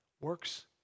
works